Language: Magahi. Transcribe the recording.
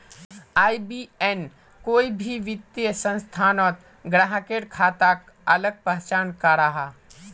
आई.बी.ए.एन कोई भी वित्तिय संस्थानोत ग्राह्केर खाताक अलग पहचान कराहा